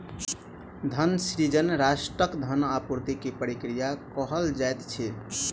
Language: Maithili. धन सृजन राष्ट्रक धन आपूर्ति के प्रक्रिया के कहल जाइत अछि